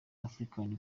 african